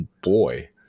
boy